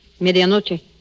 medianoche